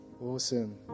Awesome